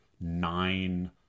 nine